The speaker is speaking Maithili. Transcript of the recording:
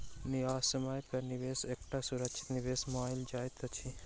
न्यायसम्य पर निवेश एकटा सुरक्षित निवेश मानल जाइत अछि